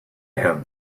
him